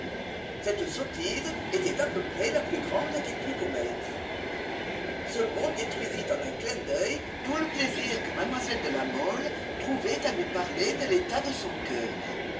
cette sottise était à peu près la plus grande qu'il pût commettre ce mot détruisit en un clin d'oeil tout le plaisir que mlle de la mole trouvait à lui parler de l'état de son coeur